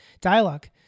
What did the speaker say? dialogue